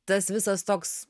tas visas toks